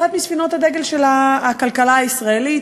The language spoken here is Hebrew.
אחת מספינות הדגל של הכלכלה הישראלית.